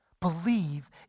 believe